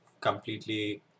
completely